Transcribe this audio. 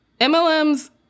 MLM's